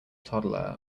toddler